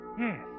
Yes